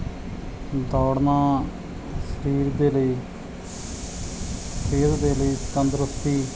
ਦੌੜਨਾ ਸਰੀਰ ਦੇ ਲਈ ਸਰੀਰ ਦੇ ਲਈ ਤੰਦਰੁਸਤੀ